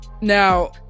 Now